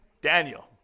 Daniel